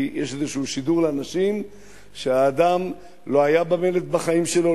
כי יש איזה שידור לאנשים שהאדם לא היה במלט בחיים שלו,